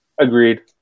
Agreed